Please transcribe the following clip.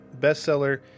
bestseller